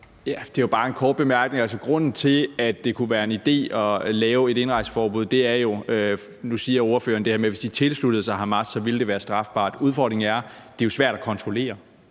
Det er bare en kort bemærkning om grunden til, at det kunne være en idé at lave et indrejseforbud. Nu siger ordføreren det her med, at hvis de tilsluttede sig Hamas, ville det være strafbart, men udfordringen er jo, at det er svært at kontrollere